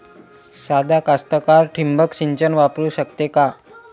सादा कास्तकार ठिंबक सिंचन वापरू शकते का?